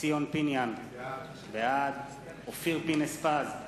ציון פיניאן, בעד אופיר פינס-פז,